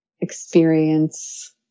experience